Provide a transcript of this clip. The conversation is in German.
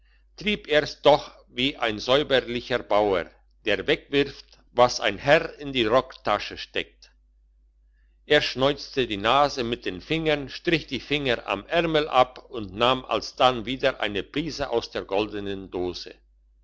trieb er's doch wie ein säuberlicher bauer der wegwirft was ein herr in die rocktasche steckt er schneuzte die nase mit den fingern strich die finger am ärmel ab und nahm alsdann wieder eine prise aus der goldenen dose